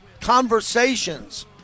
Conversations